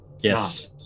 yes